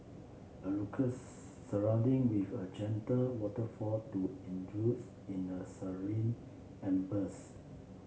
a surrounding with a gentle waterfall to in a serene ambience